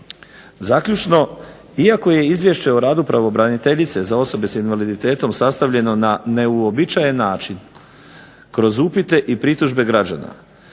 Zaključno, iako je izvješće o radu pravobraniteljice za osobe s invaliditetom sastavljeno na neuobičajen način kroz upite i pritužbe građana,